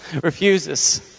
refuses